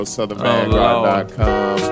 SouthernVanguard.com